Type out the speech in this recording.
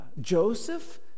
Joseph